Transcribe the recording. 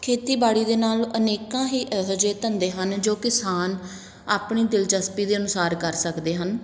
ਖੇਤੀਬਾੜੀ ਦੇ ਨਾਲ ਅਨੇਕਾਂ ਹੀ ਇਹੋ ਜਿਹੇ ਧੰਦੇ ਹਨ ਜੋ ਕਿਸਾਨ ਆਪਣੀ ਦਿਲਚਸਪੀ ਦੇ ਅਨੁਸਾਰ ਕਰ ਸਕਦੇ ਹਨ